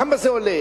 כמה זה עולה.